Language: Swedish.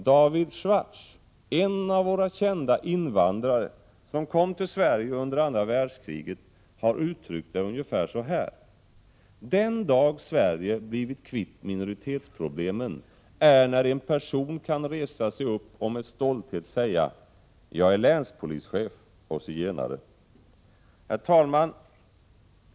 David Schwartz, en av våra kända invandrare som kom till Sverige under andra världskriget har uttryckt det ungefär så här: ”Den dag Sverige blivit kvitt minoritetsproblemen är när en person kan resa sig upp och med stolthet säga: Jag är länspolischef och zigenare!” Herr talman!